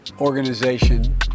organization